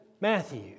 Matthew